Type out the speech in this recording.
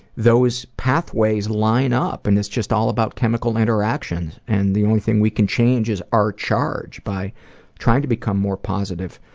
those pathways line up and is just all about chemical interactions. and the only thing we can change is our charge by trying to become more positive.